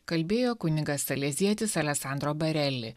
kalbėjo kunigas selezietis alesandro bareli